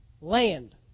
land